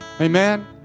Amen